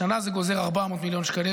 השנה זה גוזר 400 מיליון שקלים,